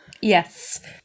Yes